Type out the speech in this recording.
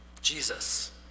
Jesus